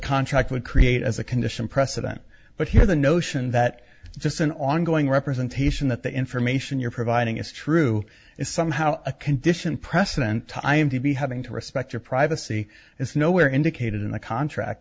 contract would create as a condition precedent but here the notion that it's an ongoing representation that the information you're providing is true is somehow a condition precedent to i m d b having to respect your privacy is nowhere indicated in the contract